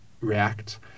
react